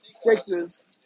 Sixes